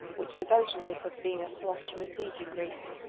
which the votaries of venus so often received in greece.